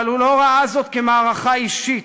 אבל הוא לא ראה זאת כמערכה אישית,